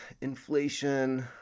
inflation